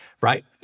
right